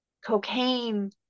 cocaine